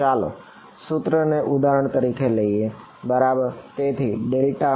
તો ચાલો આ સૂત્રને ઉદાહરણ તરીકે લઈએ બરાબર